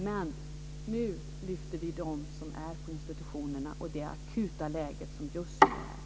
Men nu lyfter vi fram dem som är på institutionerna och det akuta läge som råder just nu.